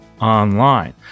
online